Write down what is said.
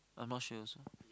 I'm not sure also